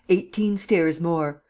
eighteen stairs more.